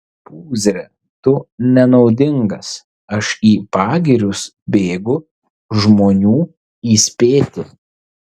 pūzre tu nenaudingas aš į pagirius bėgu žmonių įspėti